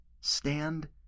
Stand